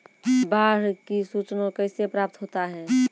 बाढ की सुचना कैसे प्राप्त होता हैं?